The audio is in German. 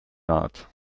naht